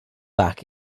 back